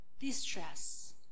distress